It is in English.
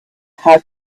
how